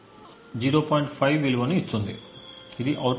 5 విలువను ఇస్తుంది ఇది అవుట్పుట్ పై A కి 0